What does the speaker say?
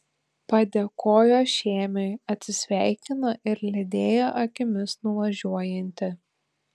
padėkojo šėmiui atsisveikino ir lydėjo akimis nuvažiuojantį